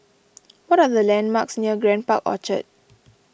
what are the landmarks near Grand Park Orchard